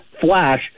flash